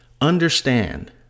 Understand